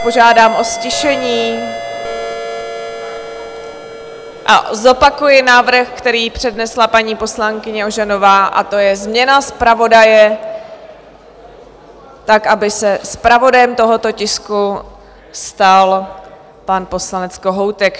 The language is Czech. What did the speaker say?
Požádám vás o ztišení a zopakuji návrh, který přednesla poslankyně Ožanová, a to je změna zpravodaje tak, aby se zpravodajem tohoto tisku stal poslanec Kohoutek.